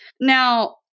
Now